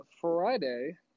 Friday